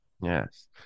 yes